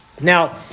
now